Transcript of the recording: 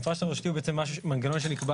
המפרט הרשותי הוא בעצם מנגנון שנקבע